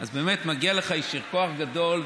אז באמת מגיע לך יישר כוח גדול,